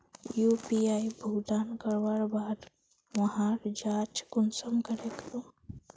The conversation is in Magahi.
यु.पी.आई भुगतान करवार बाद वहार जाँच कुंसम करे करूम?